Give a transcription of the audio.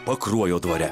pakruojo dvare